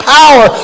power